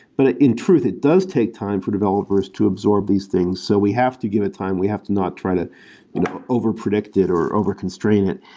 but in truth, it does take time for developers to absorb these things, so we have to give it time. we have to not try to you know over-predict it or over-constrain it.